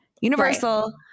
Universal